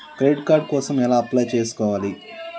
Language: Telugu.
క్రెడిట్ కార్డ్ కోసం ఎలా అప్లై చేసుకోవాలి?